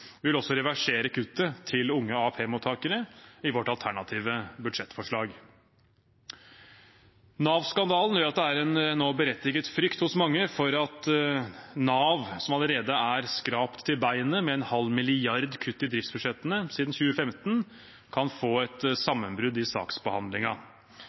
vil også reversere kuttet til unge AAP-mottakere i vårt alternative budsjettforslag. Nav-skandalen gjør at det nå er en berettiget frykt hos mange for at Nav, som allerede er skrapt til beinet, med en halv milliard i kutt i driftsbudsjettene siden 2015, kan få et